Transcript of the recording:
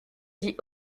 dit